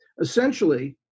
Essentially